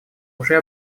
уже